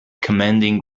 commanding